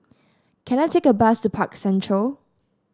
can I take a bus to Park Central